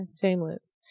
shameless